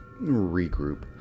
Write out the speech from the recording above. regroup